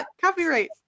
Copyright